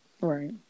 Right